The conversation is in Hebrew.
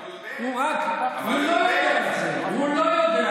הוא לא צריך להתגייר.